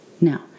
Now